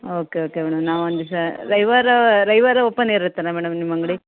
okay okay madam ನಾವು ಒಂದು ದಿವ್ಸ ರವಿವಾರ ರವಿವಾರ ಓಪನ್ ಇರುತ್ತಲ್ಲ ಮೇಡಮ್ ನಿಮ್ಮ ಅಂಗಡಿ